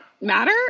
matter